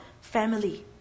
family